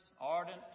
ardent